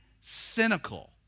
cynical